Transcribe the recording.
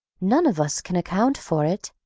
none of us can account for it.